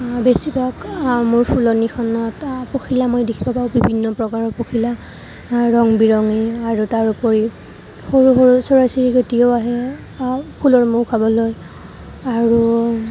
বেছিভাগ মোৰ ফুলনিখনত পখিলা মই দেখিব পাওঁ বিভিন্ন প্ৰকাৰৰ পখিলা ৰং বিৰঙী আৰু তাৰ উপৰিও সৰু সৰু চৰাই চিৰিকটিয়েও আহে ফুলৰ মৌ খাবলৈ আৰু